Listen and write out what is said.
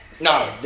No